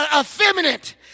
effeminate